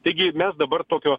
taigi mes dabar tokio